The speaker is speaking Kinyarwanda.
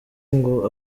ngo